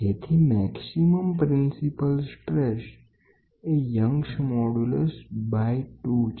તેથી મહત્તમ principal stress એ યંગ્સ મોડ્યુલસ ડીવાઇડેડ બાઈ 2 છે